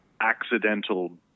accidental